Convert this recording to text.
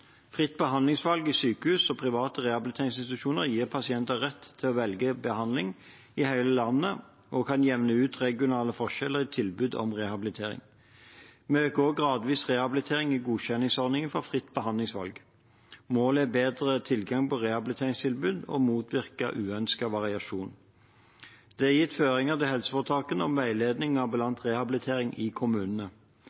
Fritt behandlingsvalg i sykehus og private rehabiliteringsinstitusjoner gir pasienter rett til å velge behandling i hele landet og kan jevne ut regionale forskjeller i tilbud om rehabilitering. Vi øker også gradvis rehabilitering i godkjenningsordningen for fritt behandlingsvalg. Målet er bedre tilgang på rehabiliteringstilbud og å motvirke uønsket variasjon. Det er gitt føringer til helseforetakene om